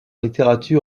littérature